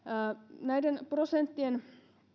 näiden prosenttien